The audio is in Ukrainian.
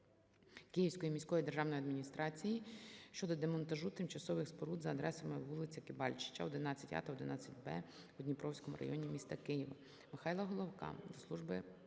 Київської міської державної адміністрації щодо демонтажу тимчасових споруд за адресами вулиця Кибальчича, 11а та 11б у Дніпровському районі міста Києва.